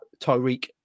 Tyreek